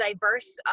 diverse